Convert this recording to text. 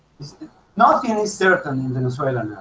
it's not any certain in venezuela.